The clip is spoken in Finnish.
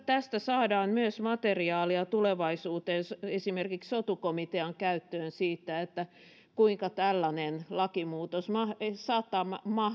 tästä saadaan materiaalia myös tulevaisuuteen esimerkiksi sotu komitean käyttöön siitä kuinka tällainen lakimuutos saattaa